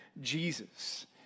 Jesus